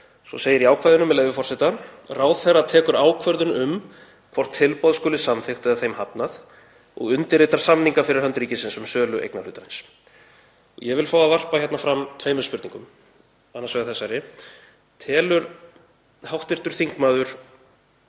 Svo segir í ákvæðinu, með leyfi forseta: „Ráðherra tekur ákvörðun um hvort tilboð skuli samþykkt eða þeim hafnað og undirritar samninga fyrir hönd ríkisins um sölu eignarhlutarins.“ Ég vil fá að varpa hérna fram tveimur spurningum. Annars vegar: Telur hv. þingmaður